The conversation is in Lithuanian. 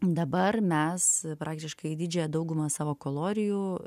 dabar mes praktiškai didžiąją daugumą savo kalorijų